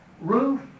roof